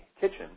kitchen